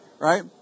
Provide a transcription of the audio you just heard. right